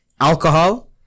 alcohol